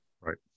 right